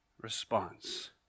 response